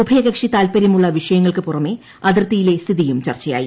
ഉഭയകക്ഷി താൽപ്പര്യമുള്ള വിഷയങ്ങൾക്ക് പുറമെ അതിർത്തിയിലെ സ്ഥിതിയും ചർച്ചയായി